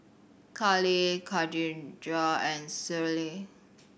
Kallie Kadijah and Schley